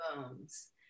bones